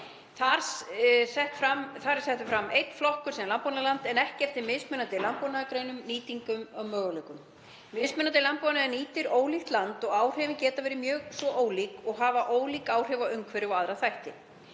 Þar er settur fram einn flokkur sem landbúnaðarland en ekki eftir mismunandi landbúnaðargreinum, nýtingu og möguleikum. Mismunandi landbúnaður nýtir ólíkt land og áhrifin geta verið mjög svo ólík og haft ólík áhrif á umhverfi og aðra þætti.